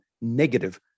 negative